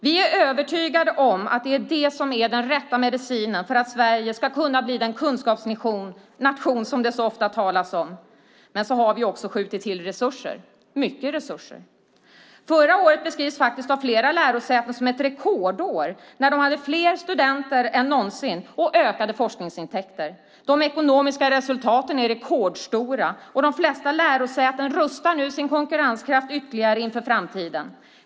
Vi är övertygade om att det är det som är den rätta medicinen för att Sverige ska kunna bli den kunskapsnation som det så ofta talas om. Men så har vi också skjutit till resurser - mycket resurser. Förra året beskrivs faktiskt av flera lärosäten som ett rekordår när de hade fler studenter än någonsin och ökade forskningsintäkter. De ekonomiska resultaten är rekordstora, och de flesta lärosäten rustar nu sin konkurrenskraft ytterligare inför framtiden.